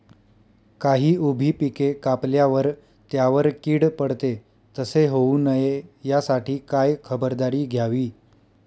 काही उभी पिके कापल्यावर त्यावर कीड पडते, तसे होऊ नये यासाठी काय खबरदारी घ्यावी?